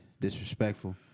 disrespectful